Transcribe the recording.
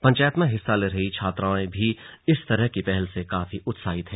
पंचायत में हिस्सा ले रही छात्राएं भी इस तरह की पहल से काफी उत्साहित हैं